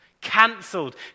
cancelled